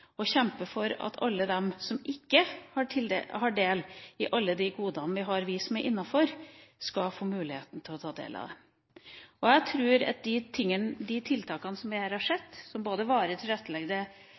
å kjempe for at alle dem som ikke har del i alle de godene vi som er innenfor, har, skal få muligheten til å ta del i dem. Jeg tror at de tiltakene vi her har